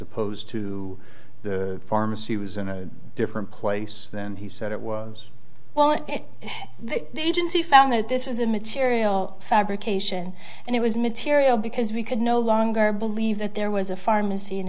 opposed to the pharmacy was in a different place then he said it was well if they didn't see found that this was a material fabrication and it was material because we could no longer believe that there was a pharmacy